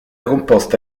composta